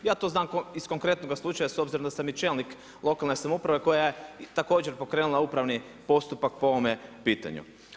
Ja to znam iz konkretnoga slučaja s obzirom da sam i čelnik lokalne samouprave koja je također pokrenula upravni postupak po ovome pitanju.